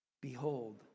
behold